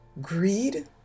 greed